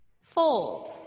fold